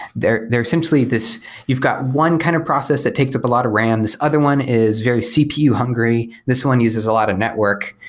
they're they're essentially this you've got one kind of process that takes up a lot of ram. this other one is very cpu hungry. this one uses a lot of network.